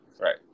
right